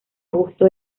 gusto